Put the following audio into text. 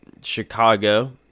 Chicago